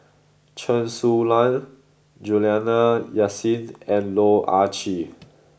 Chen Su Lan Juliana Yasin and Loh Ah Chee